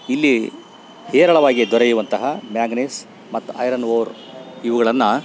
ಇಲ್ಲಿ ಹೇರಳವಾಗಿ ದೊರೆಯುವಂತಹ ಮ್ಯಾಂಗ್ನಿಸ್ ಮತ್ತು ಐರನ್ ಓರ್ ಇವುಗಳನ್ನು